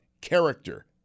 character